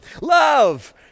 Love